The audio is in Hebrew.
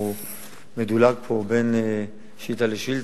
הוא פשוט מדולג פה בין שאילתא לשאילתא,